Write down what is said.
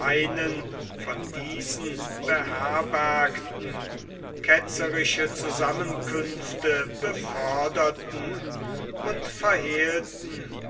einen von diesen beherbergten ketzerische zusammenkünfte beförderten und verhehlten